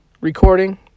recording